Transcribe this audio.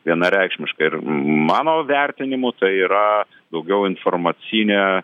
vienareikšmiškai ir mano vertinimu tai yra daugiau informacinė